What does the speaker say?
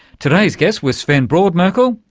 today's guests were sven brodmerkel,